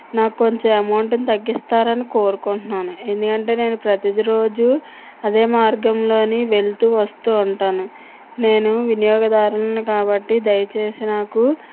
నాకు కొంచెం అమౌంట్ని తగ్గిస్తారని కోరుకుంటున్నాను ఎందుకంటే నేను ప్రతీదీ రోజు అదే మార్గంలోని వెళుతూ వస్తూ ఉంటాను నేను వినియోగదారుల్ని కాబట్టి దయచేసి నాకు